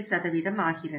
88 ஆகிறது